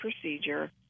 procedure